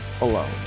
alone